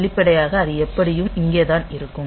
வெளிப்படையாக அது எப்படியும் இங்கே தான் இருக்கும்